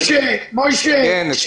משה אבוטבול,